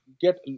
get